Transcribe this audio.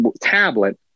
tablet